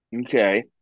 Okay